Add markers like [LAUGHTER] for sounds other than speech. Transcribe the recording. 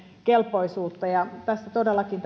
kelpoisuutta todellakin [UNINTELLIGIBLE]